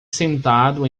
sentado